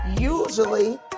usually